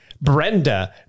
Brenda